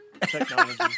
technology